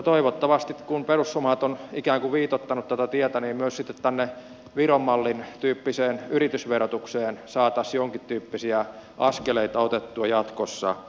toivottavasti kun perussuomalaiset on ikään kuin viitoittanut tätä tietä myös sitten tänne viron mallin tyyppiseen yritysverotukseen saataisiin jonkintyyppisiä askeleita otettua jatkossa